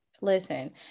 listen